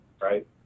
right